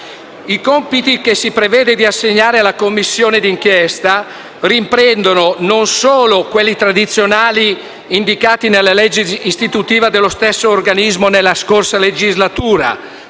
I compiti che si prevede di assegnare alla Commissione di inchiesta non riprendono solo quelli tradizionali indicati nella legge istitutiva dello stesso organismo nella scorsa legislatura,